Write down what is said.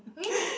really